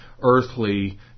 earthly